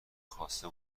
خواسته